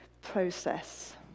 process